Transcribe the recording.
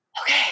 okay